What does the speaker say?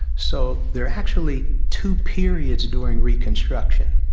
so there are actually two periods during reconstruction.